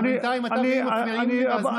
בינתיים אתה והיא מפריעים לי והזמן נמשך.